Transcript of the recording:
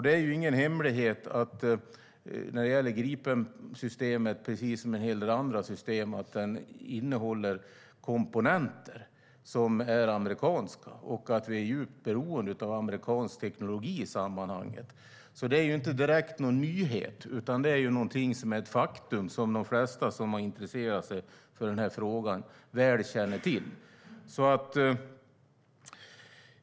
Det är ingen hemlighet att Gripensystemet, precis som en hel del andra system, innehåller komponenter som är amerikanska och att vi är djupt beroende av amerikansk teknologi i sammanhanget. Det är inte direkt någon nyhet, utan det är ett faktum som de flesta som har intresserat sig för den här frågan väl känner till.